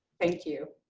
thank you.